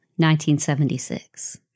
1976